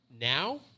Now